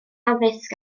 addysg